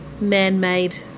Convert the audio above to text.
man-made